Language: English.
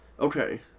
Okay